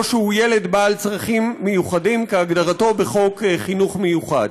או שהוא ילד בעל צרכים מיוחדים כהגדרתו בחוק חינוך מיוחד.